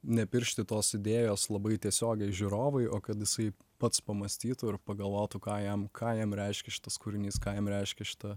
nepiršti tos idėjos labai tiesiogiai žiūrovui o kad jisai pats pamąstytų ir pagalvotų ką jam ką jam reiškia šitas kūrinys ką jam reiškia šita